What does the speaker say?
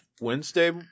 Wednesday